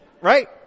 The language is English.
right